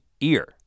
ear